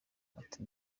ati